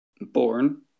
Born